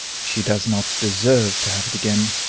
she does not deserve to have it again,